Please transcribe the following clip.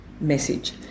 message